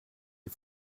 die